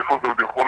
לאיפה זה יתפתח,